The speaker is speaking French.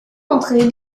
entrée